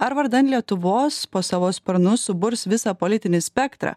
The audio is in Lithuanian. ar vardan lietuvos po savo sparnu suburs visą politinį spektrą